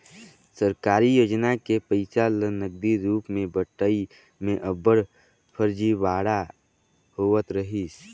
सरकारी योजना के पइसा ल नगदी रूप में बंटई में अब्बड़ फरजीवाड़ा होवत रहिस